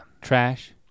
Trash